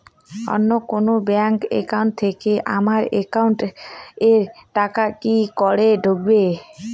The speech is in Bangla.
অন্য কোনো ব্যাংক একাউন্ট থেকে আমার একাউন্ট এ টাকা কি করে ঢুকবে?